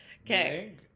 okay